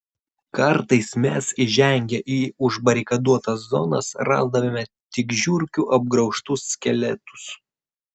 kartais mes įžengę į užbarikaduotas zonas rasdavome tik žiurkių apgraužtus skeletus